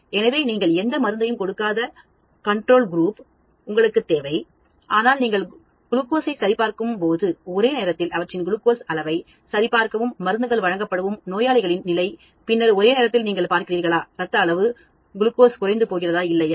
எனவே நீங்கள் எந்த மருந்தையும் கொடுக்காத ஒரு கட்டுப்பாட்டு குழு உங்களுக்குத் தேவை ஆனால் நீங்கள் குளுக்கோஸை சரிபார்க்கும்போது ஒரே நேரத்தில் அவற்றின் குளுக்கோஸ் அளவை சரிபார்க்கவும்மருந்துகள் வழங்கப்படும் நோயாளிகளின் நிலை பின்னர் ஒரே நேரத்தில் நீங்கள் பார்க்கிறீர்களாஇரத்த அளவு குளுக்கோஸ் குறைந்து போகிறதா இல்லையா